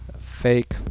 Fake